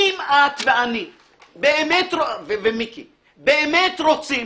אם את ואני ומיקי באמת רוצים